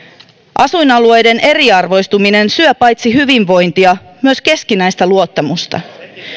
asuinalueiden eriarvoistuminen syö paitsi hyvinvointia myös keskinäistä luottamusta